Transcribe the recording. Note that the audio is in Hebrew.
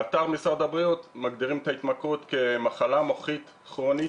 באתר משרד הבריאות מגדירים את ההתמכרות כמחלה מוחית כרונית